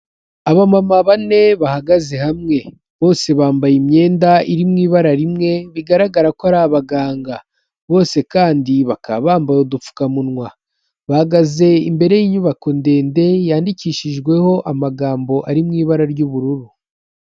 Abamama bane bahagaze hamwe. Bose bambaye imyenda iri mu ibara rimwe, bigaragara ko ari abaganga. Bose kandi bakaba bambaye udupfukamunwa. bahagaze imbere y'inyubako ndende ,yandikishijweho amagambo ari mu ibara ry'ubururu.